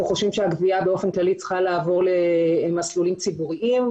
אנחנו חושבים שהגבייה באופן כללי צריכה לעבור למסלולים ציבוריים,